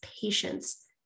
patience